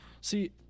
see